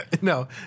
No